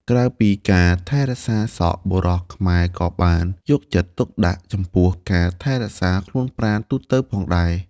ក្រៅពីការថែរក្សាសក់ បុរសខ្មែរក៏បានយកចិត្តទុកដាក់ចំពោះការថែរក្សាខ្លួនប្រាណទូទៅផងដែរ។